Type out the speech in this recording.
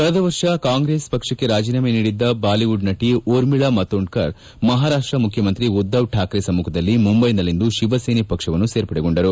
ಕಳೆದ ವರ್ಷ ಕಾಂಗ್ರೆಸ್ ಪಕ್ಷಕ್ಕೆ ರಾಜೀನಾಮೆ ನೀಡಿದ್ದ ಬಾಲಿವುಡ್ ನಟಿ ಉರ್ಮಿಳಾ ಮಾತೋಂಡ್ಕರ್ ಮಹಾರಾಷ್ಲ ಮುಖ್ಯಮಂತ್ರಿ ಉದ್ದವ್ ಶಾಕ್ರೆ ಸಮ್ಮಖದಲ್ಲಿ ಮುಂಬೈನಲ್ಲಿಂದು ಶಿವಸೇನೆ ಪಕ್ವವನ್ನು ಸೇರ್ಪಡೆಗೊಂಡರು